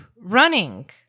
running